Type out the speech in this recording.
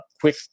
quick